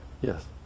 Yes